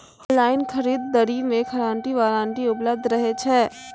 Online खरीद दरी मे गारंटी वारंटी उपलब्ध रहे छै?